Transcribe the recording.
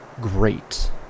great